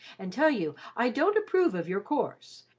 and tell you i don't approve of your course,